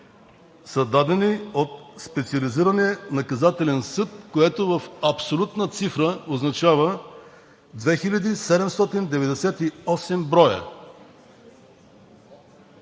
са дадени от Специализирания наказателен съд, в абсолютна цифра означава 2798 броя.